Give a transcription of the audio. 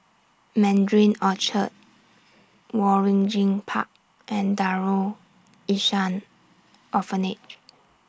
Mandarin Orchard Waringin Park and Darul Ihsan Orphanage